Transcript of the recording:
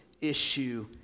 issue